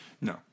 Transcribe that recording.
No